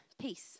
peace